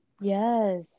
yes